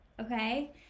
okay